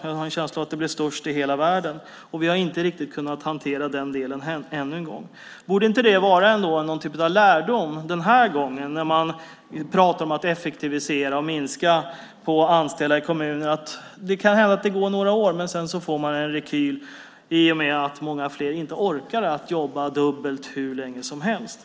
Jag har en känsla av att de blev störst i hela världen. Vi har inte riktigt kunnat hantera detta än. Borde inte detta vara en lärdom den här gången, när man pratar om att effektivisera och minska antalet anställda i kommuner? Det kan hända att det går några år, men sedan får man en rekyl i och med att många inte orkar jobba dubbelt hur länge som helst.